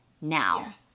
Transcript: now